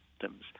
systems